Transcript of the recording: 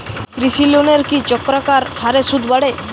কৃষি লোনের কি চক্রাকার হারে সুদ বাড়ে?